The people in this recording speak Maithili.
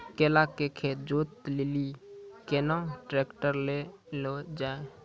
केला के खेत जोत लिली केना ट्रैक्टर ले लो जा?